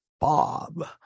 bob